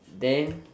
then